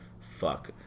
fuck